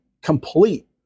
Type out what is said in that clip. complete